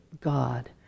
God